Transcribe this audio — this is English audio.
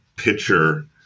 pitcher